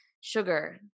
sugar